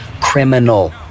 criminal